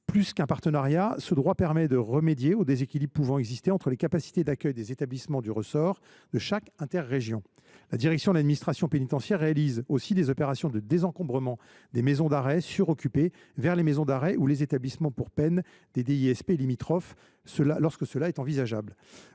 Plus qu’un partenariat, ce droit permet de remédier aux déséquilibres qui peuvent exister entre les capacités d’accueil des établissements du ressort de chaque DISP. La direction de l’administration pénitentiaire (DAP) réalise aussi des opérations de désencombrement des maisons d’arrêt suroccupées vers les maisons d’arrêt ou les établissements pour peine des DISP limitrophes, lorsque c’est envisageable.